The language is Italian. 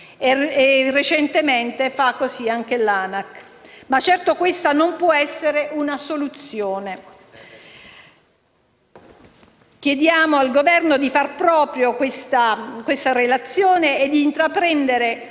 e recentemente fa così anche l'ANAC; ma certo questa non può essere una soluzione. Chiediamo al Governo di fare propria questa relazione e di intraprendere